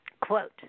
Quote